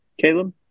caleb